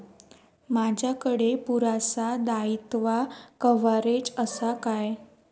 माजाकडे पुरासा दाईत्वा कव्हारेज असा काय?